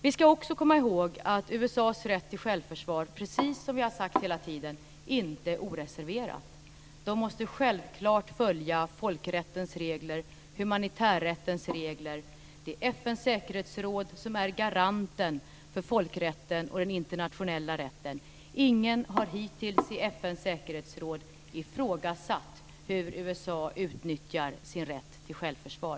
Vi ska också komma ihåg att USA:s rätt till självförsvar, precis som vi har sagt hela tiden, inte är oreserverad. Man måste självklart följa folkrättens regler, humanitärrättens regler. Det är FN:s säkerhetsråd som är garanten för folkrätten och den internationella rätten. Ingen har hittills i FN:s säkerhetsråd ifrågasatt hur USA utnyttjar sin rätt till självförsvar.